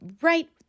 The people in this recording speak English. right